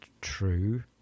true